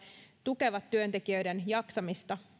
tukevat työntekijöiden jaksamista